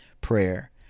prayer